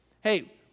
Hey